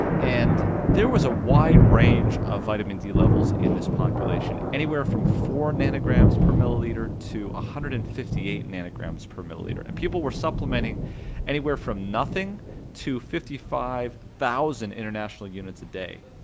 and there was a wide range of vitamin d levels in this population anywhere from four nanograms per milliliter to one hundred and fifty eight nanograms per milliliter, and people were supplementing anywhere from nothing to fifty five thousand international units a day,